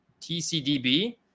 TCDB